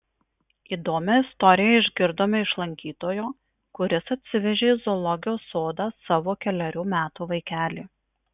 įdomią istoriją išgirdome iš lankytojo kuris atsivežė į zoologijos sodą savo kelerių metų vaikelį